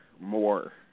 more